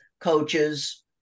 coaches